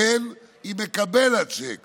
והן עם מקבל הצ'ק